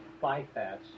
bypass